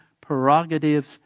prerogatives